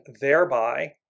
thereby